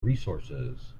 resources